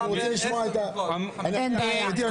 אנחנו רוצים לשמוע --- אין בעיה.